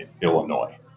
Illinois